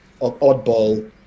oddball